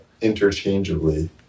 interchangeably